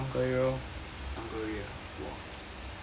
上个月哇